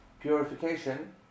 purification